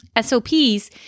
SOPs